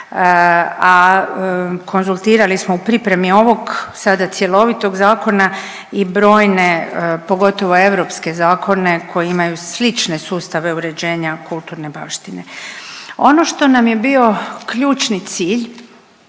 a konzultirali smo u pripremi ovog sada cjelovitog zakona i brojne pogotovo europske zakone koji imaju slične sustave uređenja kulturne baštine. Ono što nam je bio ključni cilj